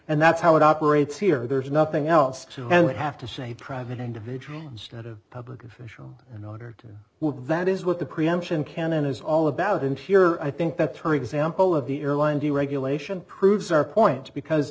and that's how it operates here there's nothing else and have to show a private individual instead of a public official in order to would that is what the preemption canon is all about and here i think that term example of the airline deregulation proves our point because